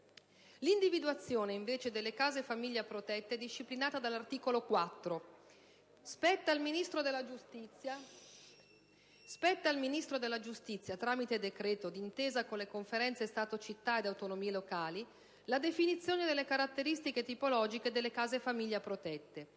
L'individuazione invece delle case famiglia protette è disciplinata dall'articolo 4: spetta al Ministro della giustizia, tramite decreto, d'intesa con la Conferenza Stato-città ed autonomie locali, la definizione delle caratteristiche tipologiche delle case famiglia protette